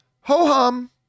Ho-hum